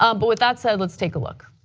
ah but with that said let's take a look.